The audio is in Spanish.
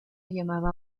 llamaba